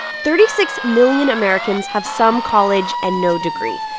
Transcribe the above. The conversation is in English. thirty-six million americans have some college and no degree.